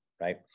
right